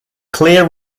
clear